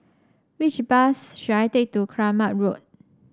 which bus should I take to Kramat Road